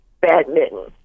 badminton